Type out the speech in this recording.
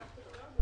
בבקשה.